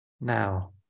now